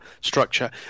structure